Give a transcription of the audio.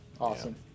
Awesome